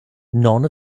none